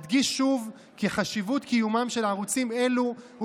אדגיש שוב כי חשיבות קיומם של ערוצים אלה הוא